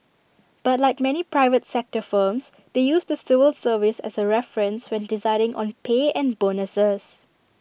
but like many private sector firms they use the civil service as A reference when deciding on pay and bonuses